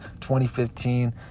2015